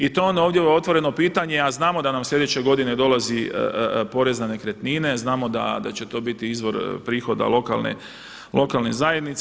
I to je ono ovdje otvoreno pitanje a znamo da nam sljedeće godine dolazi porez na nekretnine, znamo da će to biti izvor prihoda lokalne zajednice.